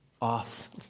off